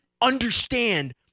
understand